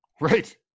Right